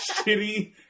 shitty